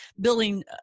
building